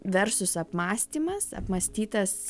versus apmąstymas apmąstytas